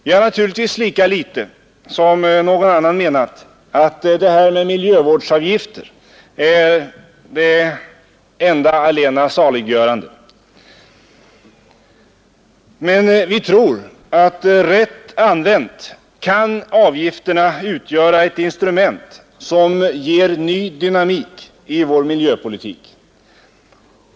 Vi har naturligtvis lika lite som någon annan menat att det här med miljövårdsavgifter är det allena saliggörande, men vi tror att rätt använda kan avgifterna utgöra ett instrument som ger ny dynamik i vår miljöpolitik.